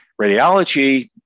Radiology